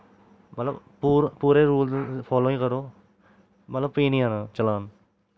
मतलव पूरे rules follow करो मतलव फ्ही निं आना चलान